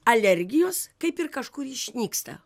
alergijos kaip ir kažkur išnyksta